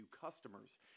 customers